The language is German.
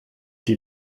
die